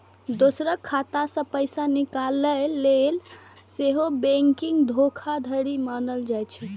दोसरक खाता सं पैसा निकालि लेनाय सेहो बैंकिंग धोखाधड़ी मानल जाइ छै